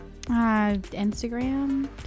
instagram